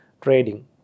trading